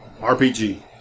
RPG